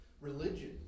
religion